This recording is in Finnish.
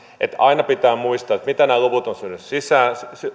eli aina pitää muistaa mitä nämä luvut ovat